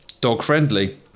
dog-friendly